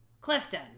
clifton